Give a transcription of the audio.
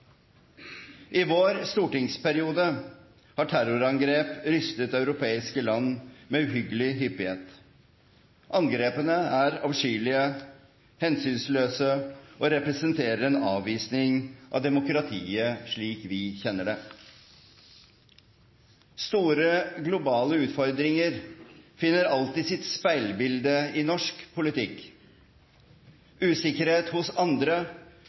I vår stortingsperiode har terrorangrep rystet europeiske land med uhyggelig hyppighet. Angrepene er avskyelige, hensynsløse og representerer en avvisning av demokratiet slik vi kjenner det. Store globale utfordringer finner alltid sitt speilbilde i norsk politikk. Usikkerhet hos andre